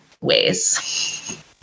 ways